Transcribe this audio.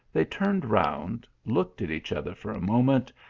they turned round, looked at each other for a moment,